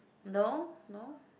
no no